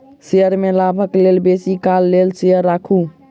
share में लाभक लेल बेसी काल लेल शेयर राखू